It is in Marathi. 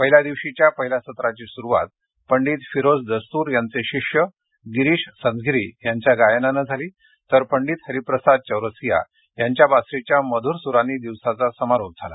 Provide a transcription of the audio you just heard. पहिल्या दिवशीच्या पहिल्या सत्राची सुरुवात पंडित फिरोज दस्तूर यांचे शिष्य गिरीश संझगिरी यांच्या गायनानं झालीतर पंडित हरिप्रसाद चौरसिया यांच्या बासरीच्या मधूर सुरांनी दिवसाचा समारोप झाला